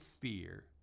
fear